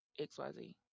XYZ